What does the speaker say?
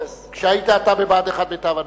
כשאתה היית בבה"ד 1, מיטב הנוער.